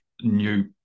new